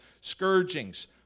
scourgings